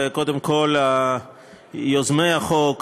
וקודם כול יוזמי החוק,